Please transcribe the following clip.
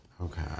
Okay